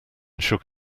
shook